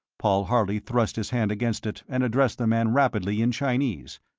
paul harley thrust his hand against it and addressed the man rapidly in chinese.